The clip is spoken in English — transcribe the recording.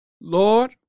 Lord